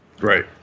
Right